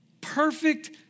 perfect